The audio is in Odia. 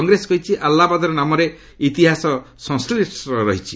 କଂଗ୍ରେସ କହିଛି ଆଲାହାବାଦର ନାମରେ ଇତିହାସ ସଂଶ୍ରିଷ୍ଟ ରହିଛି